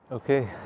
Okay